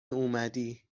اومدی